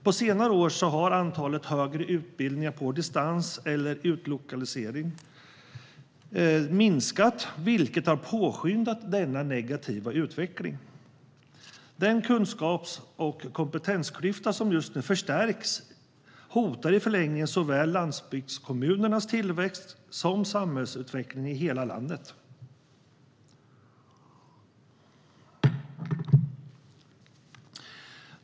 På senare år har antalet högre utbildningar på distans eller utlokalisering minskat, vilket har påskyndat denna negativa utveckling. Den kunskaps och kompetensklyfta som just nu förstärks hotar i förlängningen såväl landsbygdskommunernas tillväxt som samhällsutvecklingen i hela landet.